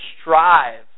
strive